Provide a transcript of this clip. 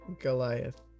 goliath